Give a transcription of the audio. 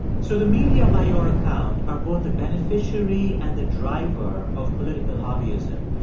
so the media, by your account, are both the beneficiary and the driver of political hobbyism.